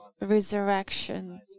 resurrection